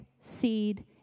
seed